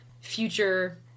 future